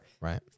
Right